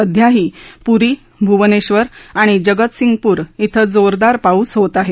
सध्याही पुरी भुवनेश्वर आणि जगतसिंगपुर श्व जोरदार पाऊस होत आहे